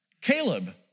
Caleb